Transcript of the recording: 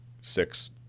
six